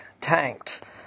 tanked